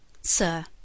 Sir